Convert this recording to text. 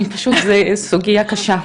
זאת פשוט סוגיה קשה.